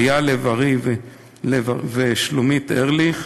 אייל לב-ארי ושלומית ארליך,